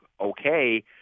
okay